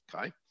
okay